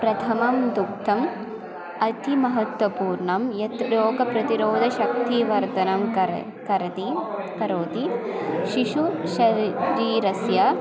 प्रथमं दुग्धम् अतिमहत्वपूर्णं यत् रोगप्रतिरोधशक्तिवर्धनं कर करोति करोति शिशुशरिरीरस्य